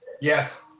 Yes